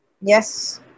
Yes